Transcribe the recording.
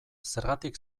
zergatik